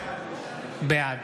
בעד